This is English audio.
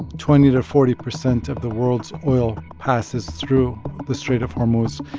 twenty to forty percent of the world's oil passes through the strait of hormuz.